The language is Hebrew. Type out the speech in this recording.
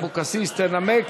לוי אבקסיס תנמק.